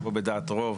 שבו בדעת רוב,